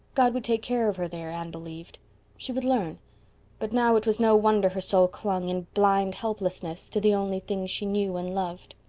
god would take care of her there anne believed she would learn but now it was no wonder her soul clung, in blind helplessness, to the only things she knew and loved.